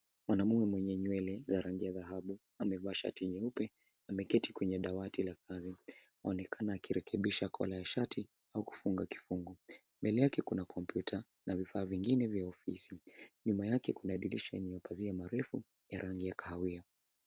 Mwanaume mwenye nywele za rangi ya dhahabu amevaa shati nyeupe ameketi kwenye dawati ya kazi. Akionekana akirekebesha kola ya shati au kufunga kifungu. Mbele yake kuna kompyuta na vifaa vingine vya ofisi, nyuma yake kuna dirisha pazia marefu ya rangi ya kahawia.